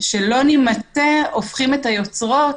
שלא נימצא הופכים את היוצרות,